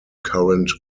current